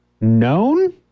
known